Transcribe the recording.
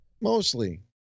Mostly